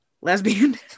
lesbian